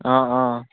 অঁ অঁ